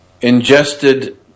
ingested